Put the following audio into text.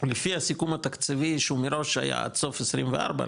לפי הסיכום התקציבי שהוא מראש היה עד סוף 24,